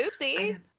Oopsie